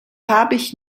farbig